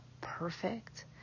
perfect